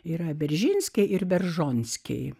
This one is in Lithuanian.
yra beržinskienė ir beržonskiai